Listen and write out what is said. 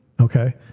okay